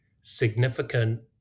significant